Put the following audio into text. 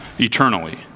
Eternally